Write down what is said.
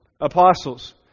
apostles